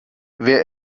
wer